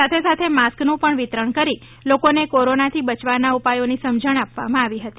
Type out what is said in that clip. સાથેસાથે માસ્કનું પણ વિતરણ કરી લોકોને કોરોનાથી બચવાના ઉપાયોની સમજણ પણ આપવામાં આવી હતી